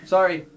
Sorry